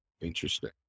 interesting